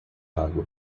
água